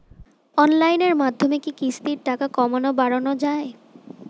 অনলাইনের মাধ্যমে কি কিস্তির টাকা কমানো বাড়ানো যায়?